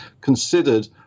considered